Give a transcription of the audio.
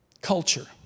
Culture